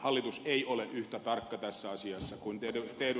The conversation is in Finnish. hallitus ei ole yhtä tarkka tässä asiassa kuin te ed